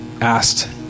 asked